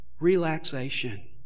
relaxation